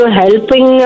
helping